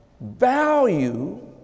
Value